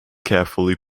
carefully